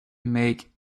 make